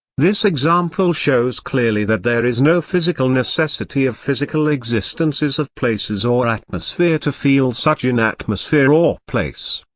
this example shows clearly that there is no physical necessity of physical existences of places or atmosphere to feel such an atmosphere or place.